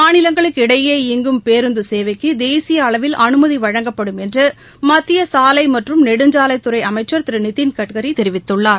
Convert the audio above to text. மாநிலங்களுக்கிடையே இயங்கும் பேருந்து சேவைக்கு தேசிய அளவில் அனுமதி வழங்கப்படும் என்று மத்திய சாலை மற்றும் நெடுஞ்சாலைத்துறை அமைச்சர் திரு நிதின் கட்கரி தெரிவித்துள்ளார்